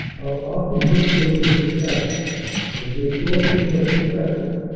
are often misstatements of fact and distortions of perspective.